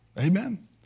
Amen